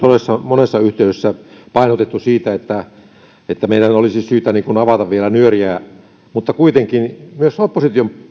monessa yhteydessä painotettu sitä että meidän olisi syytä avata vielä nyöriä mutta kuitenkin myös opposition